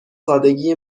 سادگی